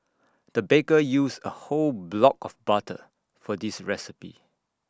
the baker used A whole block of butter for this recipe